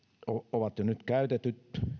ovat jo nyt käytetyt